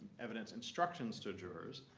evidence instructions to jurors.